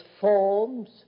forms